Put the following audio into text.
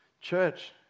Church